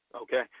okay